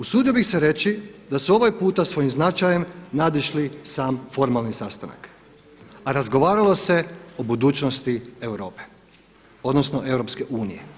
Usudio bih se reći da su ovaj puta svojim značajem nadišli sam formalni sastanak, a razgovaralo se o budućnosti Europe, odnosno EU.